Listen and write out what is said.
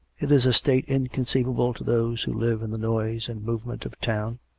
it is a state inconceivable to those who live in the noise and movement of town